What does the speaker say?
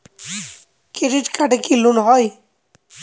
Credit কার্ডে কি loan হয়?